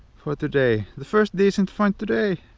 for today the first decent find today.